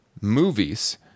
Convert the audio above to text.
movies